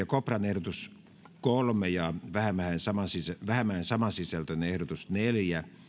kopran ehdotus kolme ja ville vähämäen samansisältöinen ehdotus neljä